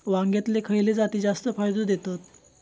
वांग्यातले खयले जाती जास्त फायदो देतत?